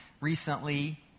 recently